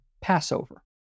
Passover